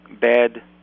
bad